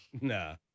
Nah